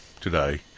today